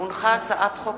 הצעת חוק